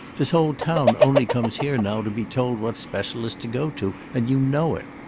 this whole town only comes here now to be told what specialist to go to, and you know it.